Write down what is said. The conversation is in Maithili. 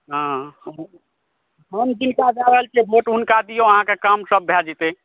हँ हम की कहि रहल छी वोट हुनका दियौ अहाँ अहाँके कामसभ भए जेतै